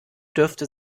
dürfte